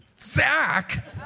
Zach